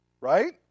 right